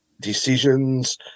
decisions